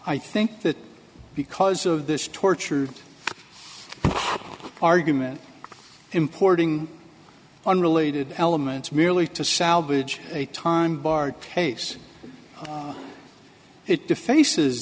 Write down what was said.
i think that because of this tortured argument importing unrelated elements merely to salvage a time barred case it defaces